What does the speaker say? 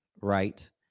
right